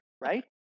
right